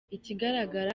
ikigaragara